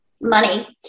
money